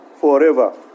forever